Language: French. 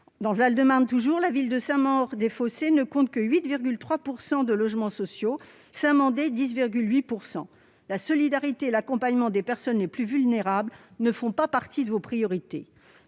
Dans le Val-de-Marne, la ville de Saint-Maur-des-Fossés ne compte que 8,3 % de logements sociaux et Saint-Mandé 10,8 %. La solidarité et l'accompagnement des personnes les plus vulnérables ne font pas partie de vos priorités.